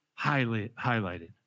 highlighted